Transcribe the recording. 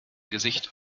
gesicht